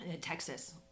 Texas